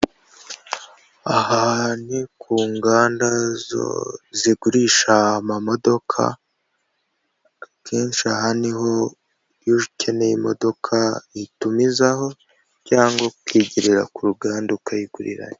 Aha ni ku nganda zo zigurisha amamodoka, akenshi aha niho iyo ukeneye imodoka uyitumizaho cyangwa ukigerera ku ruganda ukayigurirayo.